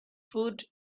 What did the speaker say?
food